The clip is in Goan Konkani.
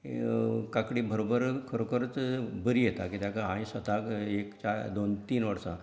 काकडी बरोबर खरोखरच बरी येता कित्याक हांयेन स्वताक एक चार दोन तीन वर्सां